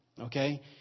okay